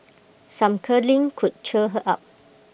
some cuddling could cheer her up